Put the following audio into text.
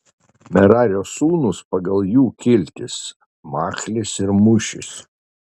merario sūnūs pagal jų kiltis machlis ir mušis